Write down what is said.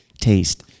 taste